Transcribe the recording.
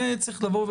את זה צריך לומר.